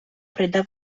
прийде